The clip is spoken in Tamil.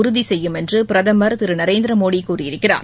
உறுதி செய்யும் என்று பிரதமர் திரு நரேந்திரமோடி கூறியிருக்கிறார்